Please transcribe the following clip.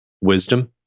wisdom